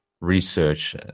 research